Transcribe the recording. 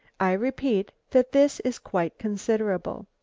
i repeat that this is quite considerable.